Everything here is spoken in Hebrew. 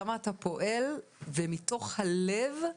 כמה אתה פועל ומתוך הלב,